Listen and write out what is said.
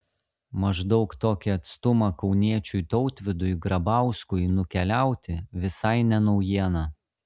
maždaug tokį atstumą kauniečiui tautvydui grabauskui nukeliauti visai ne naujiena